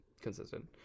consistent